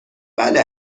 بله